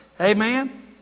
Amen